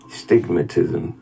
stigmatism